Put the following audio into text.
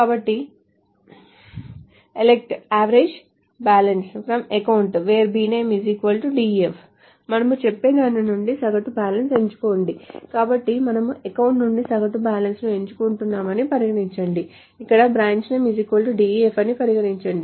కాబట్టి ELECT avg FROM account WHERE bname "DEF" మనము చెప్పే దాని నుండి సగటు బ్యాలెన్స్ను ఎంచుకోండి కాబట్టి మనము అకౌంట్ నుండి సగటు బ్యాలెన్స్ను ఎంచుకుంటామని పరిగణించండి ఇక్కడ బ్రాంచ్ నేమ్ DEF అని పరిగణించండి